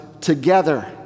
together